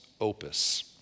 Opus